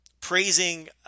praising